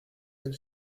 del